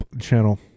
channel